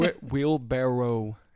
Wheelbarrow